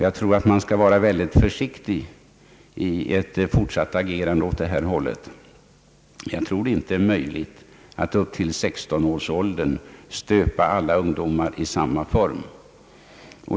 Jag tror att man bör vara väldigt försiktig vid ett fortsatt agerande åt det hållet. Jag tror inte att det är möjligt att upp till 16-årsåldern stöpa alla ungdomar i samma form.